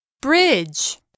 bridge